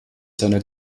seiner